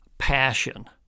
Passion